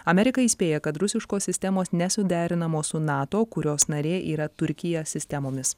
amerika įspėja kad rusiškos sistemos nesuderinamos su nato kurios narė yra turkija sistemomis